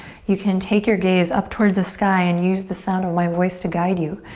you can take your gaze up towards the sky and use the sound of my voice to guide you.